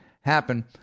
happen